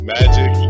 Magic